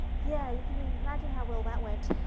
yeah, you can imagine how well that went.